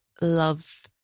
love